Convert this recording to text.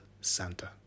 Santa